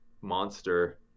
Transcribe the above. monster